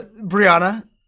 Brianna